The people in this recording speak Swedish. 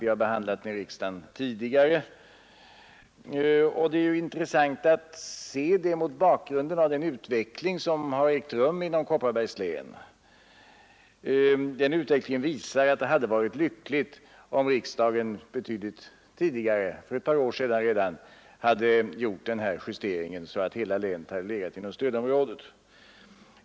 Vi har behandlat frågan i riksdagen tidigare, och detta är intressant mot bakgrund av den utveckling som ägt rum i Kopparbergs län. Denna visar att det hade varit lyckligt, om riksdagen redan för ett par år sedan hade gjort en sådan justering att hela länet legat inom stödområdet.